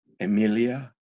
Emilia